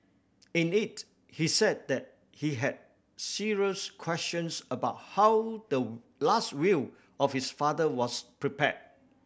in it he said that he had serious questions about how the last will of his father was prepare